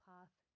Path